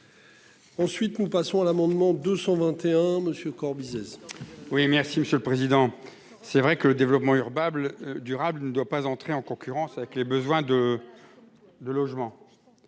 Ensuite, nous passons à l'amendement 221 monsieur Corbizet. Oui, merci Monsieur le Président. C'est vrai que le développement urbain. Durable ne doit pas entrer en concurrence avec les besoins de. De logements.